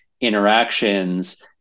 interactions